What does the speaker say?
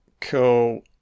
cool